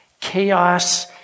Chaos